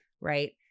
right